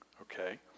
okay